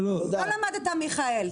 לא למדת, מיכאל.